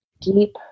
deep